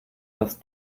das